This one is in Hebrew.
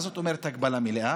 מה זאת אומרת הגבלה מלאה?